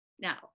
Now